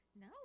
No